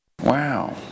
Wow